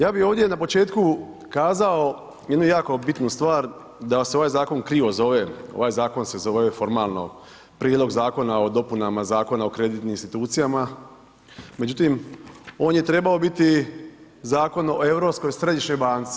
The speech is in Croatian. Ja bi ovdje na početku kazao jednu jako bitnu stvar da se ovaj zakon krivo zove, ovaj zakon se zove formalno Prijedlog zakona o dopunama Zakona o kreditnim institucijama međutim on je trebao biti zakon o Europskoj središnjoj banci.